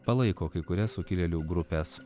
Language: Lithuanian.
palaiko kai kurias sukilėlių grupes